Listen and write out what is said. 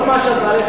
כל מה שצריך,